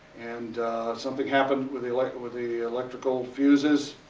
and something happened with the like but with the electrical fuses,